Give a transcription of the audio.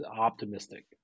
optimistic